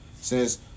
says